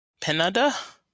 Penada